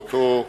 מאותו שורש,